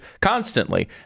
constantly